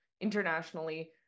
internationally